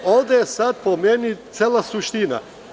Ovde je sada po meni cela suština.